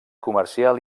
comercial